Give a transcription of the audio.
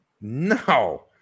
No